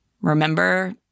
Remember